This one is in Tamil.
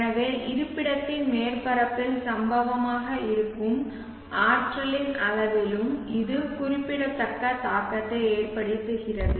எனவே இருப்பிடத்தின் மேற்பரப்பில் சம்பவமாக இருக்கும் ஆற்றலின் அளவிலும் இது குறிப்பிடத்தக்க தாக்கத்தை ஏற்படுத்துகிறது